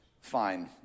fine